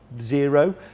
zero